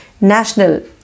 National